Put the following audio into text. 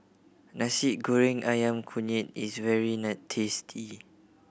Nasi Goreng Ayam Kunyit is very tasty